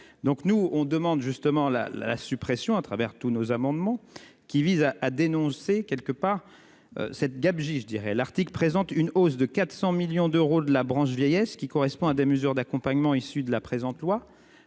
Donc nous on demande justement la, la, la suppression à travers tous nos amendements qui visent à à dénoncer quelque part. Cette gabegie je dirais l'Arctique présente une hausse de 400 millions d'euros de la branche vieillesse qui correspond à des mesures d'accompagnement, issue de la présente loi,